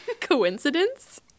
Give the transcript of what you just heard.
Coincidence